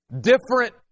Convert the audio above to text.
different